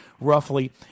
roughly